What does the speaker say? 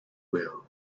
will